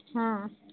હા